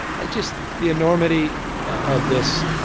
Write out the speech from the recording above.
i just the enormity of this.